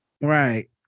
Right